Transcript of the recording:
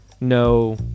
No